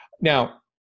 Now